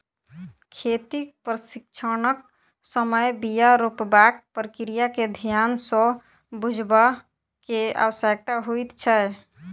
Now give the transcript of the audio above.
खेतीक प्रशिक्षणक समय बीया रोपबाक प्रक्रिया के ध्यान सँ बुझबअ के आवश्यकता होइत छै